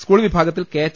school വിഭാഗത്തിൽ KH